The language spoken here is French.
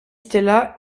stella